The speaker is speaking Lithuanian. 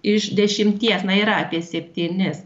iš dešimties na yra apie septynis